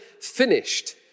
finished